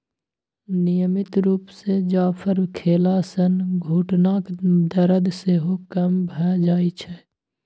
नियमित रुप सँ जाफर खेला सँ घुटनाक दरद सेहो कम भ जाइ छै